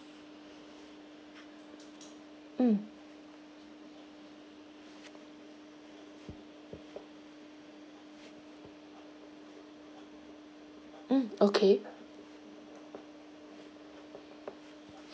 mm um okay